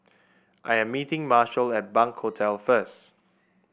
I'm meeting Marshal at Bunc Hostel first